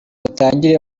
dutangire